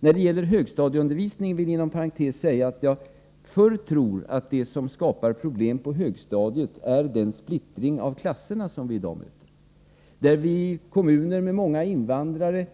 När det gäller högstadieundervisningen vill jag inom parentes säga att jag förr tror att det är splittringen av klasserna som skapar problem. Invandrare